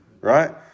right